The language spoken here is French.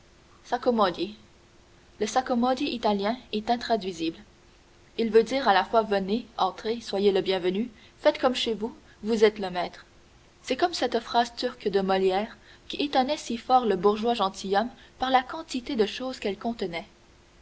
s'accommodi le s'accommodi italien est intraduisible il veut dire à la fois venez entrez soyez le bienvenu faites comme chez vous vous êtes le maître c'est comme cette phrase turque de molière qui étonnait si fort le bourgeois gentilhomme par la quantité de choses qu'elle contenait